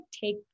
take